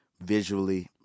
visually